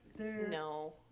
No